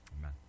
Amen